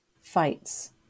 fights